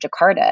Jakarta